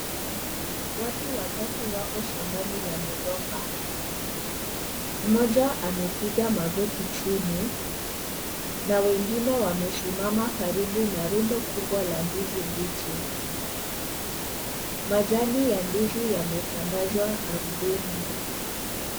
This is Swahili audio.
Watu watatu wako shambani la migomba. Mmoja amepiga magoti chini na wengine wamesimama karibu na rundo kubwa la ndizi mbichi. Majani ya ndizi yametandazwa ardhini.